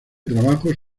trabajos